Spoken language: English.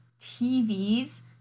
TVs